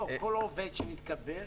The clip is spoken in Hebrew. לא, כל עובד שמתקבל,